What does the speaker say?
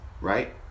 right